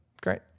Great